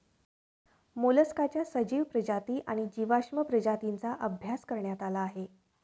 मोलस्काच्या सजीव प्रजाती आणि जीवाश्म प्रजातींचा अभ्यास करण्यात आला आहे